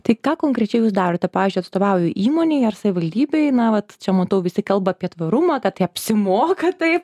tai ką konkrečiai jūs darote pavyzdžiui atstovauju įmonei ar savivaldybei na vat čia matau visi kalba apie tvarumą kad tai apsimoka tai